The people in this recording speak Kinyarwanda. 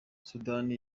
sudani